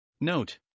Note